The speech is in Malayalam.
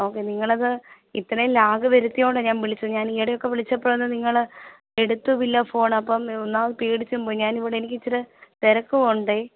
ഓക്കെ നിങ്ങൾ അത് ഇത്രയും ലാഗ് വരുത്തിയതുകൊണ്ടാണ് ഞാന് വിളിച്ചത് ഞാന് ഈ യിടെ ഒക്കെ വിളിച്ചപ്പോഴൊന്നും നിങ്ങൾ എടുത്തുമില്ല ഫോണ് അപ്പം ഒന്നാമത് പേടിച്ച് ഞാൻ ഇവിടെ എനിക്ക് ഇത്തിരി തിരക്കും ഉണ്ടേ